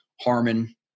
Harmon